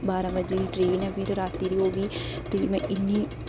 बारां बजे दी ट्रेन ऐ फिर राती दी ओह् बी ते में बी इन्नी